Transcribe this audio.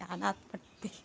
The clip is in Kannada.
ಯಾನಾತ್ ಪಂಡೆ